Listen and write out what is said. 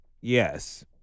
Yes